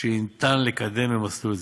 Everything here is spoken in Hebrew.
שניתן לקדם במסלול זה,